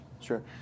sure